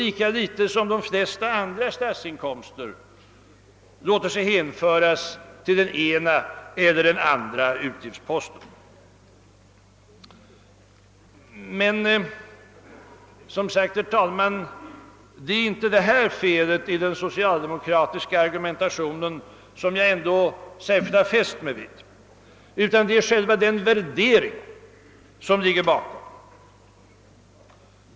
Lika litet som de flesta andra statsinkomster låter de sig hänföras till den ena eller den andra utgiftsposten. Men, som sagt, det är ändå inte det här felet med den socialdemokratiska argumentationen som jag särskilt fäst mig vid, utan det är själva den värdering som ligger bakom den.